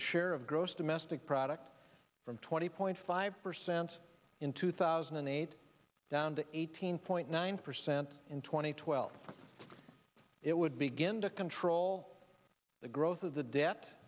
a share of gross domestic product from twenty point five percent in two thousand and eight down to eighteen point nine percent in two thousand and twelve it would begin to control the growth of the debt